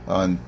on